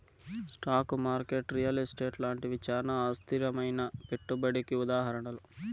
stock market real estate లాంటివి చానా అస్థిరమైనా పెట్టుబడికి ఉదాహరణలు